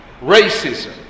racism